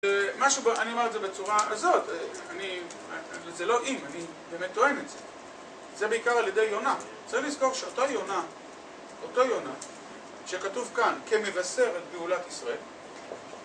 אני אומר את זה בצורה הזאת, זה לא אם, אני באמת טוען את זה, זה בעיקר על ידי יונה. צריך לזכור שאותו יונה שכתוב כאן, כמבשרת גאולת ישראל,